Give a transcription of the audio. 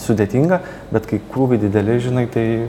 sudėtinga bet kai krūviai dideli žinai tai